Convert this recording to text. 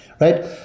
right